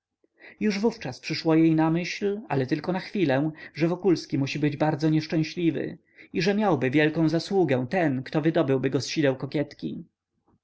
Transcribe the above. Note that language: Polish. już wówczas przyszło jej na myśl ale tylko na chwilę że wokulski musi być bardzo nieszczęśliwy i że miałby wielką zasługę ten ktoby wydobył go z sideł kokietki